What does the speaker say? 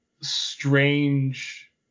strange